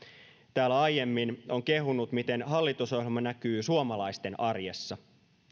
täällä aiemmin on kehunut miten hallitusohjelma näkyy suomalaisten arjessa